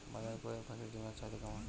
বাজারে কয়ের পাখীর ডিমের চাহিদা কেমন?